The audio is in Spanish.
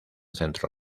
centro